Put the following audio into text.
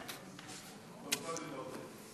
חבר הכנסת מיקי לוי,